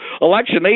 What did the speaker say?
election